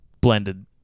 Blended